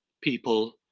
people